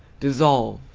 dissolve,